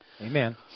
Amen